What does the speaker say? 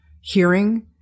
hearing